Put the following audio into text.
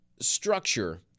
structure